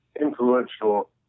influential